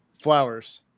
Flowers